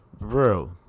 bro